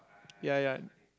ya ya